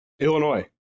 Illinois